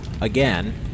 Again